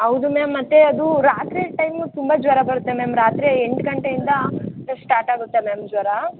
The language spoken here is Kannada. ಹೌದು ಮ್ಯಾಮ್ ಮತ್ತೆ ಅದು ರಾತ್ರಿ ಟೈಮು ತುಂಬ ಜ್ವರ ಬರುತ್ತೆ ಮ್ಯಾಮ್ ರಾತ್ರಿ ಎಂಟು ಗಂಟೆಯಿಂದ ಸ್ಟಾರ್ಟಾಗುತ್ತೆ ಮ್ಯಾಮ್ ಜ್ವರ